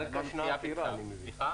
ברקע ישנה עתירה, אני מבין.